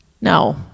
No